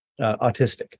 autistic